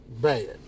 Bad